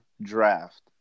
draft